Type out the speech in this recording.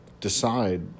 decide